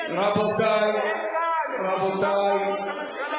ראש הממשלה,